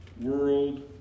world